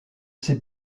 ses